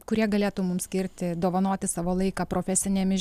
kurie galėtų mums skirti dovanoti savo laiką profesinėmis